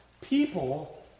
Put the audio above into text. people